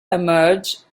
emerge